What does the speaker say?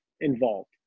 involved